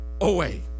away